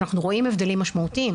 אנחנו רואים הבדלים משמעותיים.